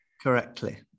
Correctly